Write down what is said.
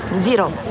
Zero